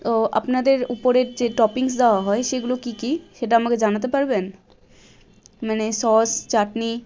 ও আপনাদের উপরের যে টপিংস দেওয়া হয় সেগুলো কী কী সেটা আমাকে জানাতে পারবেন মানে সস চাটনি